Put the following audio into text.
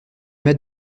mets